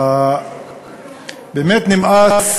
באמת נמאס